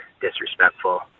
disrespectful